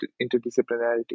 interdisciplinarity